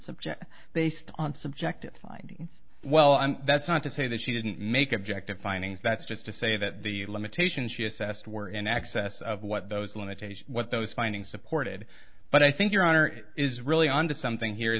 subject based on subjective findings well that's not to say that she didn't make objective findings that's just to say that the limitations she assessed were in excess of what those limitations what those findings supported but i think your honor is really on to something here